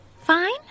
Fine